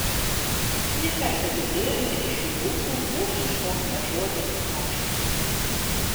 ne kartą girdėjome iš jų lūpų mūsų išmokytą žodį ačiū